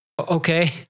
okay